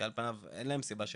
כי על פניו אין להם סיבה שלא,